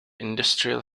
industrial